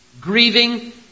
grieving